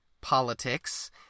politics